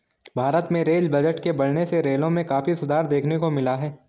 भारत में rail budget के बढ़ने से रेलों में काफी सुधार देखने को मिला है